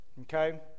Okay